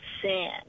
sin